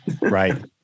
Right